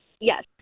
Yes